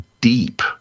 deep